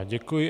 Děkuji.